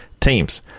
teams